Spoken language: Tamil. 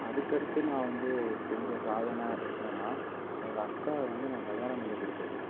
அதுக்கு அடுத்து நான் வந்து செஞ்ச சாதனை என்னென்னா எங்கள் அக்காவை வந்து நான் கல்யாணம் பண்ணி கொடுத்தது